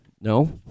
No